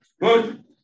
Good